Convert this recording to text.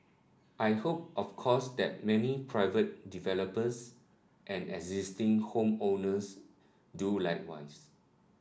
I hope of course that many private developers and existing home owners do likewise